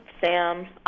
Sam